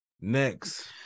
Next